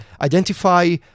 identify